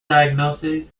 diagnoses